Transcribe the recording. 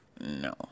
No